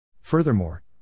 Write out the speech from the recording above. Furthermore